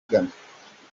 ghana